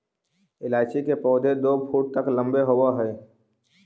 इलायची के पौधे दो फुट तक लंबे होवअ हई